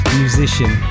musician